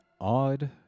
odd